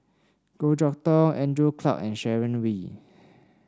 Goh Chok Tong Andrew Clarke and Sharon Wee